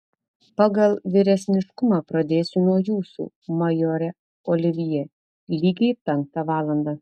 pagal vyresniškumą pradėsiu nuo jūsų majore olivjė lygiai penktą valandą